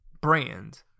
brand